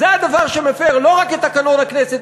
זה הדבר שמפר לא רק את תקנון הכנסת,